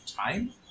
time